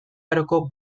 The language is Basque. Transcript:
aroko